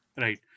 Right